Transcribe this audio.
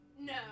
No